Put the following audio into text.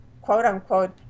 quote-unquote